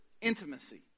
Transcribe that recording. intimacy